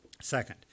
Second